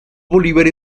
bolívar